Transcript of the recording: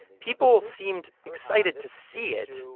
people seemed excited to see it,